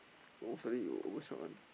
no suddenly it will overshot one